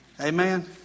Amen